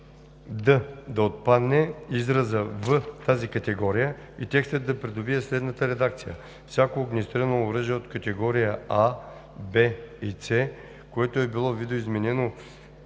„д“ да отпадне израза „в тази категория“ и текстът да придобие следната редакция: „Всяко огнестрелно оръжие от категория „А“, „В“ и „С“, което е било видоизменено